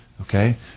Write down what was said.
Okay